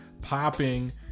popping